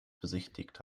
besichtigt